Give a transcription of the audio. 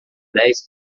dez